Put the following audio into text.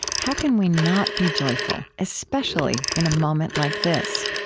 how can we not be joyful, especially in a moment like this?